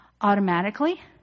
automatically